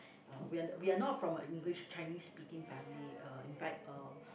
uh we are we are not from a English Chinese speaking family uh in fact um